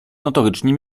notorycznie